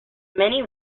many